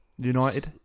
United